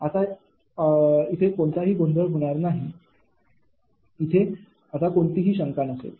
आता तेथे कोणताही गोंधळ होणार नाही तेथे कोणतीही शंका नसेल